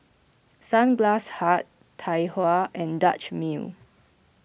Sunglass Hut Tai Hua and Dutch Mill